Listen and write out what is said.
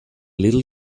little